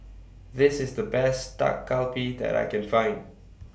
This IS The Best Dak Galbi that I Can Find